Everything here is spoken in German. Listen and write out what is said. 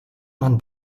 man